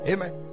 Amen